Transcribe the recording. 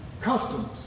customs